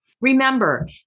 Remember